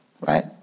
right